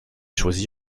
choisi